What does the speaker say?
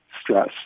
stress